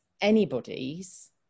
anybody's